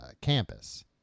campus